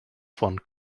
von